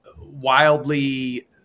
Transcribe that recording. wildly